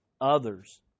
others